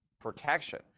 protection